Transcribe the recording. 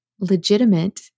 legitimate